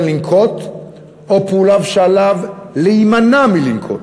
לנקוט או פעולות שעליו להימנע מלנקוט.